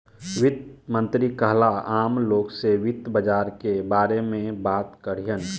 वित्त मंत्री काल्ह आम लोग से वित्त बाजार के बारे में बात करिहन